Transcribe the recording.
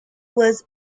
was